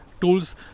tools